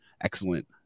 excellent